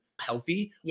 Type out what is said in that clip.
healthy